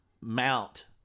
mount